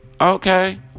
okay